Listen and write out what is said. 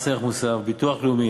מס ערך מוסף וביטוח לאומי.